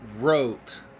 Wrote